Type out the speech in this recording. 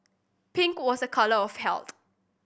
pink was a colour of health